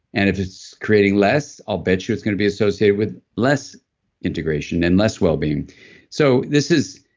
and if it's creating less, i'll bet you it's going to be associated with less integration and less wellbeing so this is.